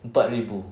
empat ribu